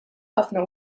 ħafna